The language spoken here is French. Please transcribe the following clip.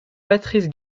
patrice